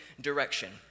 direction